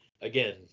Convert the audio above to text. again